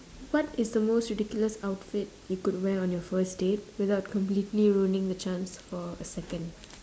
what is the most ridiculous outfit you could wear on your first date without completely ruining the chance for a second